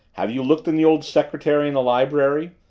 have you looked in the old secretary in the library?